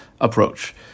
approach